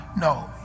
no